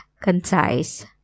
concise